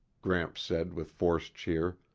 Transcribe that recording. gramps said with forced cheer,